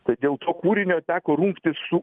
tai dėl kūrinio teko rungtis su